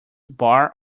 bar